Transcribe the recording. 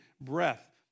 breath